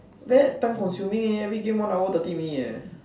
very time consuming eh every game one hour thirty minute eh